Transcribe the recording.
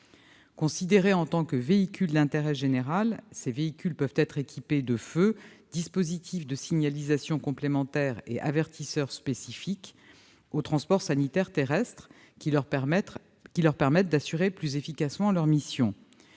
Considérés en tant que véhicules d'intérêt général, ces véhicules peuvent être équipés des feux, dispositifs de signalisation complémentaire et avertisseurs spécifiques au transport sanitaire terrestre qui leur permettent d'assurer plus efficacement leurs missions.